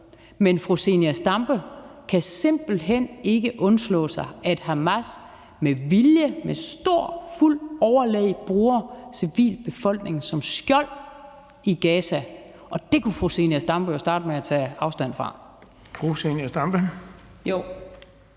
Men fru Zenia Stampe kan simpelt hen ikke undslå sig, i forhold til at Hamas med vilje, med fuldt overlæg bruger den civile befolkning som skjold i Gaza. Og det kunne fru Zenia Stampe da starte med at tage afstand fra.